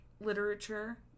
literature